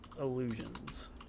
illusions